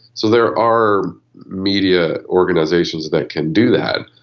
so there are media organisations that can do that.